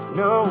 no